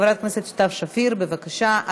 חברת הכנסת סתיו שפיר, בבקשה.